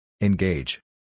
Engage